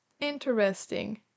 interesting